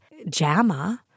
Jamma